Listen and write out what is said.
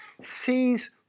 sees